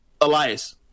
Elias